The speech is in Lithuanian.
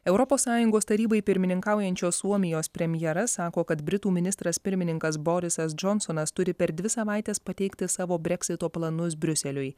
europos sąjungos tarybai pirmininkaujančios suomijos premjeras sako kad britų ministras pirmininkas borisas džonsonas turi per dvi savaites pateikti savo breksito planus briuseliui